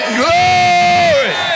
glory